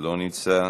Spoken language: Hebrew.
לא נמצא,